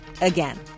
again